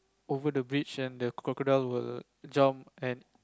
over the bridge and the crocodile will jump and